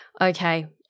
Okay